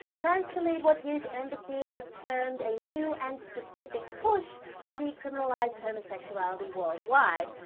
plans to lead what his embassy has termed a new and specific push to decriminalize homosexuality worldwide.